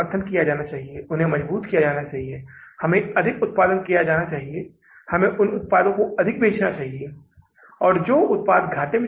इसलिए हम बैंक को भुगतान वापस करने के लिए उनकी अधिशेष नकदी का उपयोग करेंगे